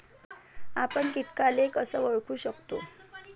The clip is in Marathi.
आपन कीटकाले कस ओळखू शकतो?